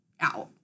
out